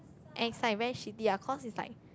and is like very shitty ah cause is like